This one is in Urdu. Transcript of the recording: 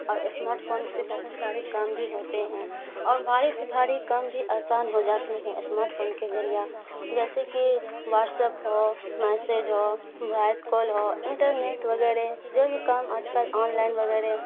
اور اسمارٹ فون سے بہت سارے کام بھی ہوتے ہیں اور بھاری سے بھاری کام بھی آسان ہو جاتے ہیں اسمارٹ فون کے ذریعہ جیسے کہ واٹسپ ہو میسج ہو وائس کال ہو انٹرنیٹ وغیرہ جو بھی کام آج کل آن لائن وغیرہ